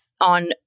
on